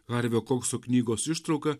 harvio kokso knygos ištrauką